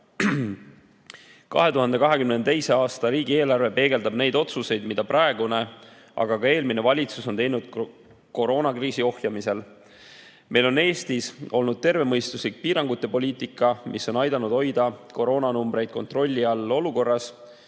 teha.2022. aasta riigieelarve peegeldab neid otsuseid, mida praegune, aga ka eelmine valitsus on teinud koroonakriisi ohjamiseks. Meil on Eestis olnud tervemõistuslik piirangute poliitika, mis on aidanud hoida koroonanumbreid kontrolli all ka olukorras,